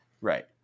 Right